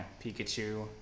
Pikachu